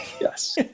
Yes